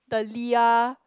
the Lia